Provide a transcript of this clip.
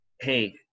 Hey